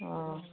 ꯑꯪ